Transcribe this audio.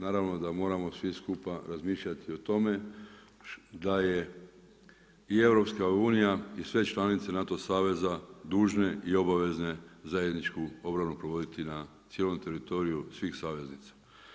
Naravno da moramo svi skupa razmišljati i tome da je i EU i sve članice NATO saveza, dužne i obavezne zajedničku obranu provoditi na cijelom teritoriju svih saveznica.